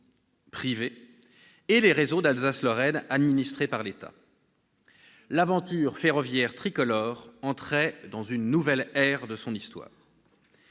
privées et les réseaux d'Alsace-Lorraine administrés par l'État. L'aventure ferroviaire tricolore entrait dans une nouvelle ère de son histoire.